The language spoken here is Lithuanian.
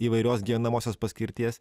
įvairios gyvenamosios paskirties